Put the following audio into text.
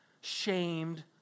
shamed